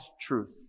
truth